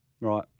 Right